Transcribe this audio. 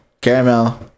caramel